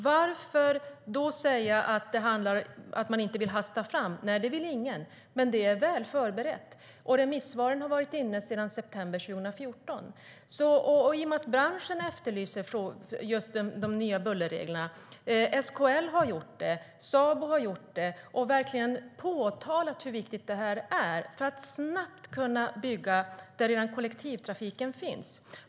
Varför då säga att man inte vill hasta fram något? Det vill väl ingen, men det är ju väl förberett. Remissvaren har varit inne sedan september 2014.Branschen efterlyser de nya bullerreglerna. SKL har gjort det. Sabo har också gjort det och verkligen påtalat hur viktigt detta är för att snabbt kunna bygga där kollektivtrafiken redan finns.